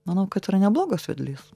manau kad yra neblogas vedlys